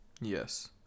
Yes